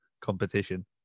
competition